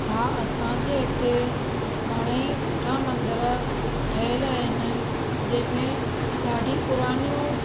हा असांजे हिते घणेई सुठा मंदिर ठहियलु आहिनि जंहिंमें ॾाढियूं पुराणियूं